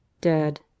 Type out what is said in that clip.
dead